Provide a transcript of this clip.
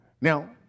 Now